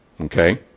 Okay